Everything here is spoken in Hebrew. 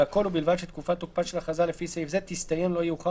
והכול ובלבד שתקופת תוקפה של הכרזה לפי סעיף זה תסתיים לא יאוחר